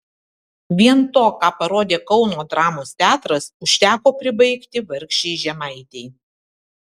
vien to ką parodė kauno dramos teatras užteko pribaigti vargšei žemaitei